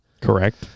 correct